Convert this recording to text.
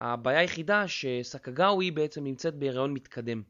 הבעיה היחידה שסקגאווי בעצם נמצאת בהריון מתקדם.